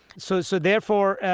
so so therefore,